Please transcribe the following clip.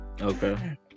Okay